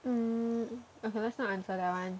mm okay let's not answer that one